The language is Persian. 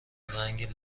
رنگ